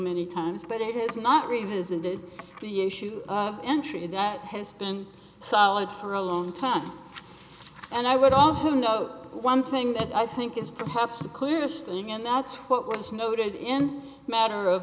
many times but it has not revisited the issue of entry that has been solid for a long time and i would also note one thing that i think is perhaps the clearest thing and that's what words noted in matter of